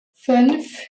fünf